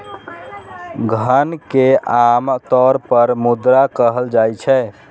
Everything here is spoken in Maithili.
धन कें आम तौर पर मुद्रा कहल जाइ छै